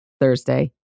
Thursday